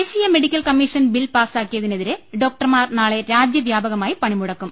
ദേശീയ medical commission bill പാസ്സാക്കിയതിനെതിരെ ഡോക്ടർമാർ നാളെ രാജ്യവ്യാപകമായി പണിമുടക്കും